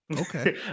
okay